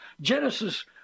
Genesis